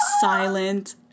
silent